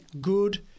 good